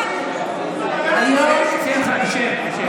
מיכל, השותפים שלכם הולכים, אצל המשפחות השכולות.